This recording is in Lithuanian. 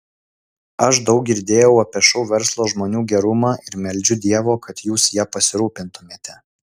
aš daug girdėjau apie šou verslo žmonių gerumą ir meldžiu dievo kad jūs ja pasirūpintumėte